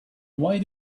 why